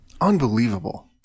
Unbelievable